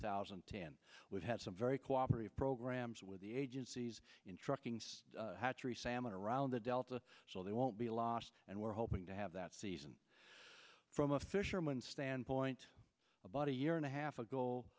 thousand and ten we've had some very cooperative programs with the agencies in trucking so three salmon around the delta so there won't be a lot and we're hoping to have that season from a fisherman standpoint about a year and a half ago